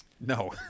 No